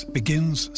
begins